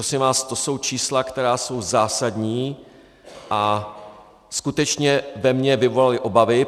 Prosím vás, to jsou čísla, která jsou zásadní a skutečně ve mně vyvolala obavy.